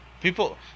People